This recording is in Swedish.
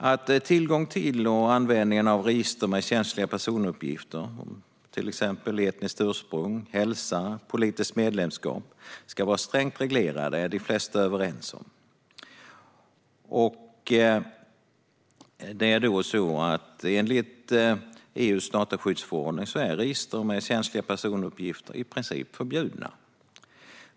Att tillgång till och användning av register med känsliga personuppgifter, till exempel etniskt ursprung, hälsa och politiskt medlemskap, ska vara strängt reglerade är de flesta överens om. Enligt EU:s dataskyddsförordning är register med känsliga personuppgifter i princip förbjudna.